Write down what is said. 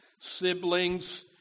siblings